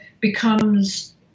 becomes